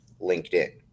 linkedin